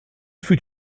fut